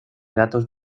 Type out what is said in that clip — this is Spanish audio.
datos